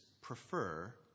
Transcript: prefer